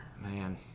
Man